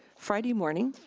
friday morning.